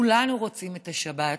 כולנו רוצים את השבת.